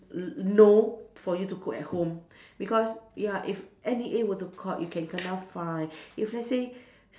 l~ no for you to cook at home because ya if N_E_A were to caught you can kena fine if let's say